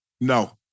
No